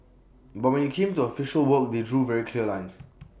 but when IT came to official work they drew very clear lines